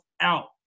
out